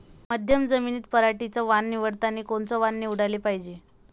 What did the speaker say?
मध्यम जमीनीत पराटीचं वान निवडतानी कोनचं वान निवडाले पायजे?